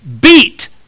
beat